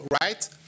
right